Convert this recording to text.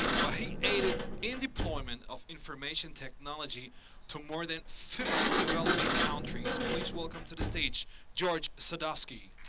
well, he aided in deployment of information technology to more than fifty developing countries, please welcome to the stage george sadowsky.